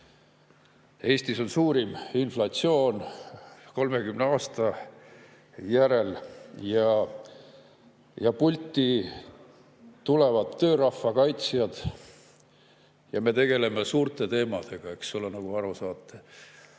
Eestis on suurim inflatsioon 30 aasta järel, aga pulti tulevad töörahva kaitsjad ja me tegeleme suurte teemadega, eks ole, nagu aru saate.